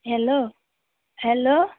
hello hello